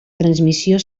transmissió